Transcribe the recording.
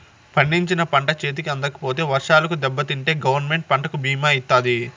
పండించిన పంట చేతికి అందకపోతే వర్షాలకు దెబ్బతింటే గవర్నమెంట్ పంటకు భీమా ఇత్తాది